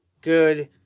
good